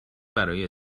برای